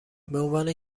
بعنوان